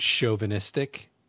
chauvinistic